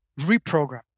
reprogram